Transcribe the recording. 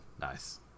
nice